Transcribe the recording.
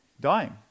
Dying